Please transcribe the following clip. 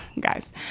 guys